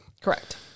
Correct